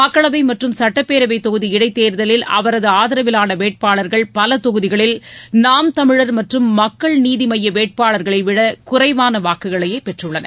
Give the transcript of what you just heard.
மக்களவை மற்றும் சுட்டப்பேரவைத் தொகுதி இடைத்தேர்தவில் அவரது ஆதரவிலான வேட்பாள்கள் பல தொகுதிகளில் நாம் தமிழர் மற்றும் மக்கள் நீதி மய்ய வேட்பாளர்களைவிட குறைவான வாக்குகளையே பெற்றுள்ளனர்